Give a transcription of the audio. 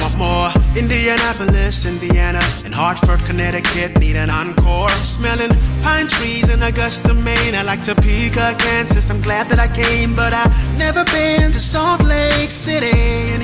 more indianapolis, indiana, and hartford, connecticut, need an encore smelling pine trees in augusta, maine i like topeka, kansas, i'm glad that i came but i've never been to salt lake city, in